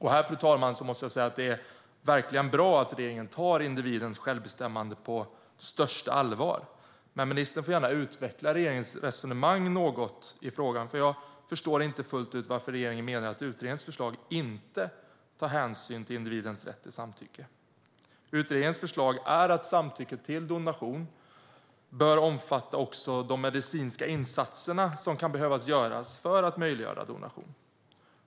Här måste jag, fru talman, säga att det verkligen är bra att regeringen tar individens självbestämmande på största allvar, men ministern får gärna utveckla regeringens resonemang i frågan. Jag förstår inte fullt ut varför regeringen menar att utredningens förslag inte tar hänsyn till individens rätt till samtycke. Utredningens förslag är att samtycke till donation bör omfatta också de medicinska insatser som kan behöva göras för att möjliggöra donation.